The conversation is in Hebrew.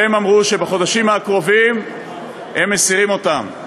והם אמרו שבחודשים הקרובים הם מסירים אותם.